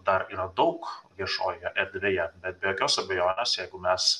dar yra daug viešojoje erdvėje bet be jokios abejonės jeigu mes